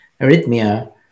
arrhythmia